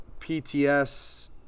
PTS